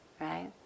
right